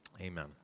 Amen